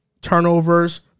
Turnovers